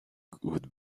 would